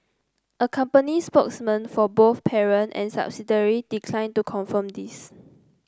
a company spokesman for both parent and subsidiary declined to confirm this